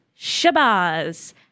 Shabazz